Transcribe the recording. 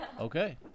Okay